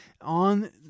on